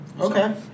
okay